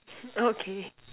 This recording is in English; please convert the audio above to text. oh okay